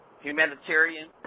humanitarian